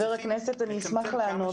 חבר הכנסת אני אשמח לענות.